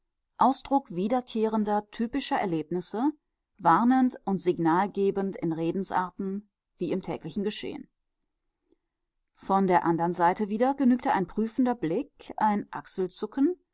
ausdruck wiederkehrender typischer erlebnisse warnend und signalgebend in redensarten wie im täglichen geschehen von der andern seite wieder genügte ein prüfender blick ein achselzucken